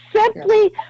simply